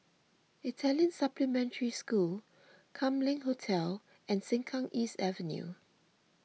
Italian Supplementary School Kam Leng Hotel and Sengkang East Avenue